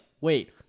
wait